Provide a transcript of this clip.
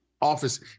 office